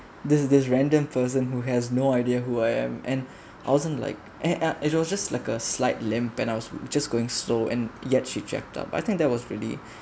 this this random person who has no idea who I am and I wasn't like a ah it was just like a slight limp and I was just going slow and yet she checked up I think that was really